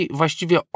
właściwie